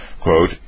Quote